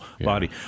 body